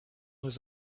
was